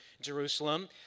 Jerusalem